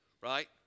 right